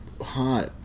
hot